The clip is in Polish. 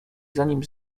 zanim